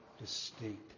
distinct